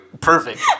perfect